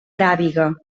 aràbiga